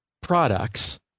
products